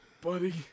buddy